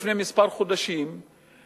לפני חודשים מספר,